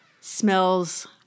Smells-